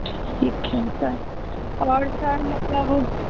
ठीक है सर और सर मतलब